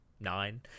nine